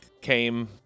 came